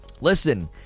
listen